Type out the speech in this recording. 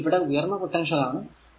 ഇത് ഇവിടെ ഉയർന്ന പൊട്ടൻഷ്യൽ ആണ്